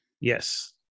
yes